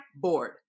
board